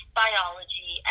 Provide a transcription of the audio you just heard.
biology